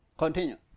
continue